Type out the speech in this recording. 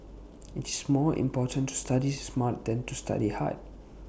IT is more important to study smart than to study hard